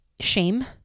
shame